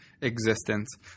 existence